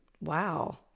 Wow